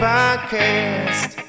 Podcast